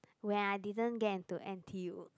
when I didn't get into n_t_u